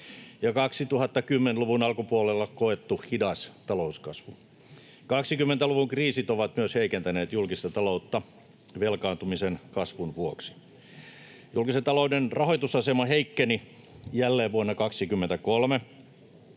ja 2010-luvun alkupuolella koettu hidas talouskasvu. 20-luvun kriisit ovat myös heikentäneet julkista taloutta velkaantumisen kasvun vuoksi. Julkisen talouden rahoitusasema heikkeni jälleen vuonna 23.